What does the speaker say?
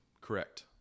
Correct